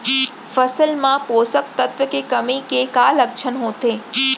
फसल मा पोसक तत्व के कमी के का लक्षण होथे?